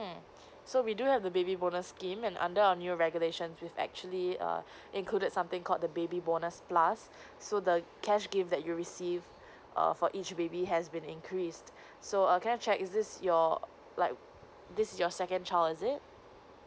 mm so we do have the baby bonus scheme and under our new regulations it's actually err included something called the baby bonus plus so the cash gift that you'll receive err for each baby has been increased so err can I check is this your like this is your second child is it